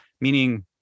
meaning